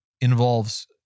involves